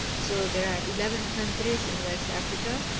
so there are eleven countries in west africa